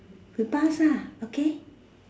we pass ah okay